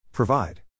Provide